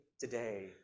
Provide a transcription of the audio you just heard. today